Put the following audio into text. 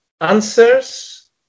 answers